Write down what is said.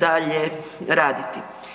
dalje raditi.